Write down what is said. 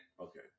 Okay